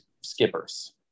skippers